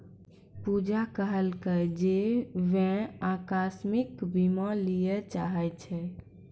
पूजा कहलकै जे वैं अकास्मिक बीमा लिये चाहै छै